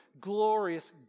glorious